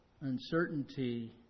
Uncertainty